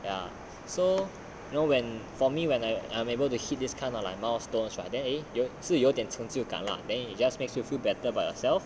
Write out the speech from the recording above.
ya so you know when for me when I am able to hit is kinda like milestones right then eh 是有点成就感 lah then it just makes you feel better about yourself